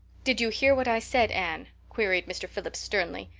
did you hear what i said, anne? queried mr. phillips sternly.